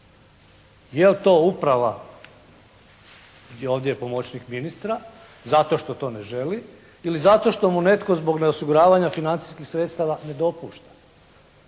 Je li to uprava i ovdje pomoćnik ministra zato što to ne želi ili zato što mu netko zbog neosiguravanja financijskih sredstava ne dopušta?